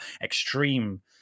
extreme